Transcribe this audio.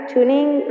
Tuning